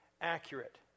accurate